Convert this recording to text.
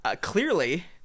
clearly